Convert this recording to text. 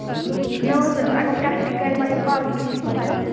مےٚ اوس اَگر کَتھٕ تہِ کرِ مَگر پَرُن تہِ گوٚژھ نا بَچہٕ